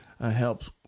helps